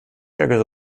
ärgere